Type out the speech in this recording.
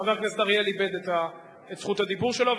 חבר הכנסת אריאל איבד את זכות הדיבור שלו,